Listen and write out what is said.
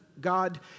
God